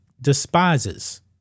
despises